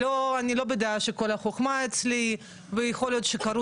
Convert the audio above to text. אני לא בדעה שכל החוכמה אצלי ויכול להיות שקרו